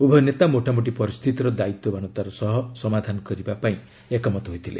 ଉଭୟ ନେତା ମୋଟାମୋଟି ପରିସ୍ଥିତିର ଦାୟିତ୍ୱବାନତାର ସହ ସମାଧାନକରିବା ପାଇଁ ଏକମତ ହୋଇଥିଲେ